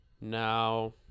Now